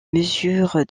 mesure